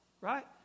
Right